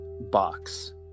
box